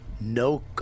no